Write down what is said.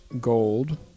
gold